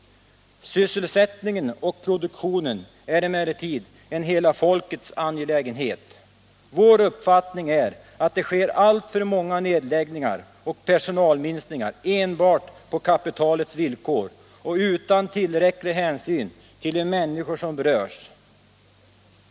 Sysselsättningen och produktionen är emellertid en hela folkets angelägenhet. Vår uppfattning är att det sker alltför många nedläggningar och personalminskningar enbart på kapitalets villkor och utan tillräcklig hänsyn till de människor som berörs.